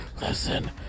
listen